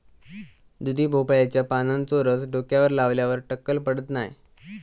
दुधी भोपळ्याच्या पानांचो रस डोक्यावर लावल्यार टक्कल पडत नाय